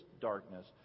darkness